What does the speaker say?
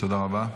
תודה רבה.